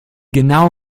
genau